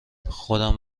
خودم